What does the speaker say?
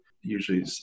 usually